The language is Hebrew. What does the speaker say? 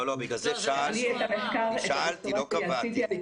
שאלתי, לא קבעתי.